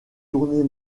tournée